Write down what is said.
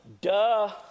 Duh